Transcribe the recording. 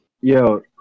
Yo